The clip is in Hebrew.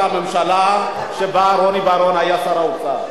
בממשלה שבה רוני בר-און היה שר האוצר.